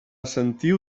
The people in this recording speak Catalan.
sentiu